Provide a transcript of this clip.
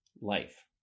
life